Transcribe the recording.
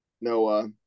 Noah